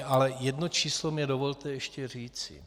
Ale jedno číslo mi dovolte ještě říci.